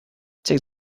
take